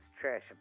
Trash